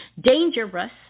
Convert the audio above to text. dangerous